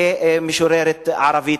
של משוררת ערבית,